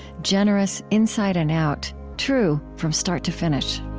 generous inside and out, true from start to finish.